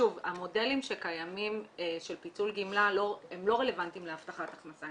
המודלים שקיימים של פיצול גמלה הם לא רלוונטיים להבטחת הכנסה,